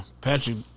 Patrick